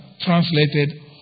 translated